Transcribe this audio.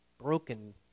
broken